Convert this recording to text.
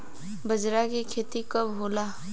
बजरा के खेती कब होला?